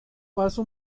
pasa